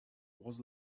was